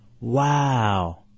Wow